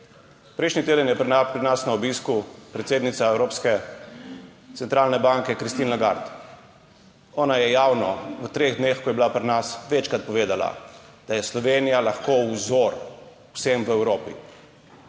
Prejšnji teden je bila pri nas na obisku predsednica Evropske centralne banke Christine Lagarde. Ona je javno, v treh dneh, ko je bila pri nas, večkrat povedala, da je Slovenija lahko vzor vsem v Evropi.